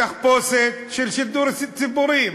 בתחפושת של שידור ציבורי.